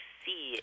see